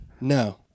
No